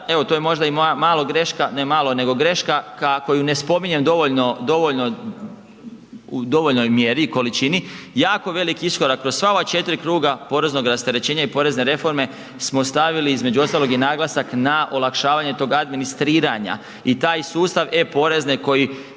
evo to je možda i moja malo greška, ne malo, nego greška, kako ju ne spominjem dovoljno, dovoljno, u dovoljnoj mjeri i količini, jako velik iskorak kroz sva ova 4 kruga poreznog rasterećenja i porezne reforme smo stavili između ostalog i naglasak na olakšavanje tog administriranja i taj sustav e-porezne koji